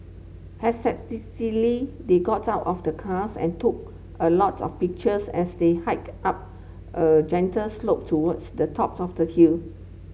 they got out of the cars and took a lot of pictures as they hiked up a gentle slope towards the top of the hill